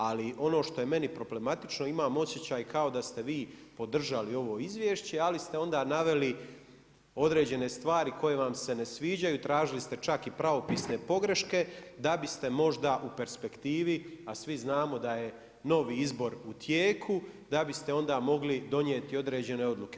Ali ono što je meni problematično, imam osjećaj kao da ste vi podržali ovo izvješće ali ste onda naveli određene stvari koje vam se ne sviđaju, tražili ste čak i pravopisne pogreške da biste možda u perspektivi a svi znamo da je novi izbor u tijeku, da biste onda mogli donijeti određene odluke.